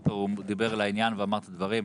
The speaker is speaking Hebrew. הוא דיבר לעניין ואמר את הדברים.